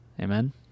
Amen